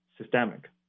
systemic